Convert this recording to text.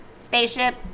spaceship